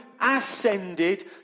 ascended